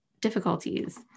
difficulties